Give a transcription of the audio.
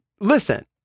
listen